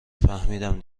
فهمیدم